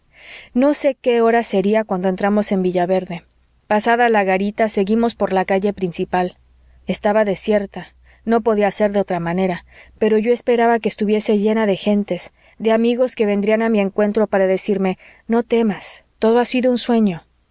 no sé qué hora sería cuando entramos en villaverde pasada la garita seguimos por la calle principal estaba desierta no podía ser de otra manera pero yo esperaba que estuviese llena de gentes de amigos que vendrían a mi encuentro para decirme no temas todo ha sido un sueño y